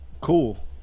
Cool